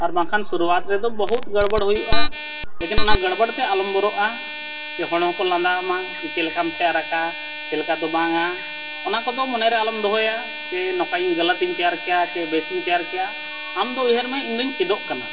ᱟᱨ ᱵᱟᱝᱠᱷᱟᱱ ᱥᱩᱨᱩᱣᱟᱛ ᱨᱮᱫᱚ ᱵᱚᱦᱩᱛ ᱜᱚᱲ ᱵᱚᱲ ᱦᱩᱭᱩᱜᱼᱟ ᱞᱮᱠᱤᱱ ᱚᱱᱟ ᱜᱚᱲᱵᱚᱲ ᱛᱮ ᱟᱞᱚᱢ ᱵᱚᱨᱚᱜᱼᱟ ᱥᱮ ᱦᱚᱲ ᱦᱚᱸᱠᱚ ᱞᱟᱸᱫᱟ ᱟᱢᱟ ᱡᱮ ᱪᱮᱫ ᱞᱮᱠᱟᱢ ᱛᱮᱭᱟᱨᱟᱠᱟᱫᱼᱟ ᱪᱮᱫ ᱞᱮᱠᱟ ᱫᱚ ᱵᱟᱝᱟ ᱚᱱᱟ ᱠᱚᱫᱚ ᱢᱚᱱᱮᱨᱮ ᱟᱞᱚᱢ ᱫᱚᱦᱚᱭᱟ ᱡᱮ ᱱᱚᱝᱠᱟ ᱤᱧ ᱜᱟᱞᱟᱛᱤᱧ ᱛᱮᱭᱟᱨ ᱠᱮᱫᱼᱟ ᱥᱮ ᱵᱮᱥᱤᱧ ᱛᱮᱭᱟᱨ ᱠᱮᱭᱟ ᱟᱢ ᱫᱚ ᱩᱭᱦᱟᱹᱨ ᱢᱮ ᱤᱧᱫᱩᱧ ᱪᱮᱫᱚᱜ ᱠᱟᱱᱟ